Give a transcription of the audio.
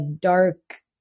dark